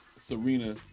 Serena